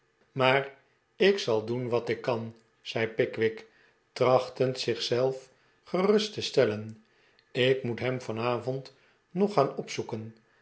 maar ik zal doen wat ik kan zei pickwick trachtend zich zelf gerust te stellen ik moet hem vanavond nog gaan opzoeken